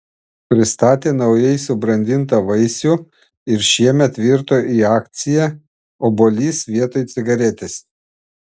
pristatė naujai subrandintą vaisių ir šiemet virto į akciją obuolys vietoj cigaretės